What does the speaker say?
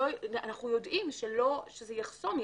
אנחנו יודעים שזה יחסום,